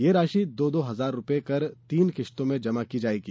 यह राशि दो दो हजार रूपये कर तीन किश्तों में जमा की जायेगी